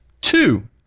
two